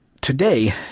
today